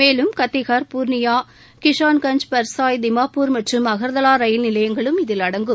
மேலும் கத்திஹார் புர்ணியா கிஷான்கன்ஞ் பர்சாய் திம்மாபூர் மற்றும் அகர்தலா ரயில் நிலையங்களும் இதில் அடங்கும்